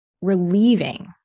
relieving